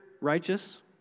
righteous